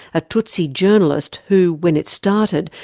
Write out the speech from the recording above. a tutsi journalist who, when it started,